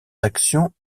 d’actions